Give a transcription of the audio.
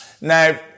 Now